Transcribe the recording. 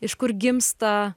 iš kur gimsta